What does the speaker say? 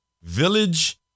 Village